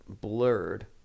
blurred